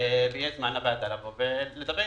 לוועדה לבוא ולנמק.